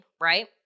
Right